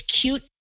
cute